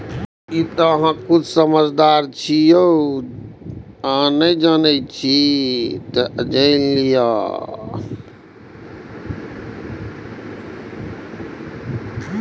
कोनो बील भुगतान के खातिर हम आपन खाता के कोना उपयोग करबै?